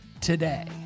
today